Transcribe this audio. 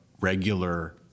regular